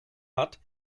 hat